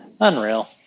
Unreal